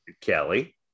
Kelly